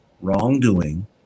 wrongdoing